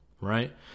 Right